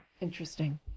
Interesting